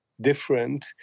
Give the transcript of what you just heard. different